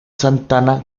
santana